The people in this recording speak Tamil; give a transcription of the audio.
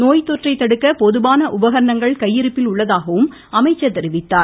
நோய் தொற்றை தடுக்க போதுமான உபகரணங்கள் கையிருப்பில் உள்ளதாகவும் அமைச்சர் தெரிவித்தார்